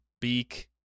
beak